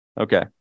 Okay